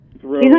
throw